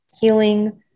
healing